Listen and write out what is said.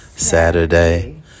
Saturday